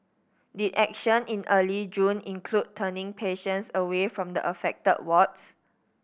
did action in early June include turning patients away from the affected wards